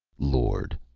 lord,